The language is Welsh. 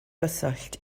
gyswllt